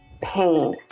pain